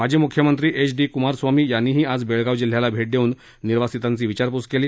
माजी मुख्यमंत्री H D Kumaraswamy यांनीही आज बेळगाव जिल्ह्याला भेट देऊन निर्वासितांची विचारपूस केली